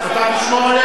אתה תשמור עליה?